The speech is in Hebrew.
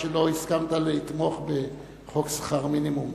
שלא הסכמת לתמוך בחוק שכר המינימום.